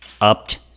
upped